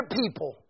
people